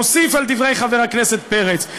מוסיף על דברי חבר הכנסת פרץ,